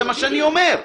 זה מה שאני אומר.